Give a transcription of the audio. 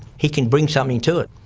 he can bring something to it.